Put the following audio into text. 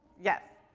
yes.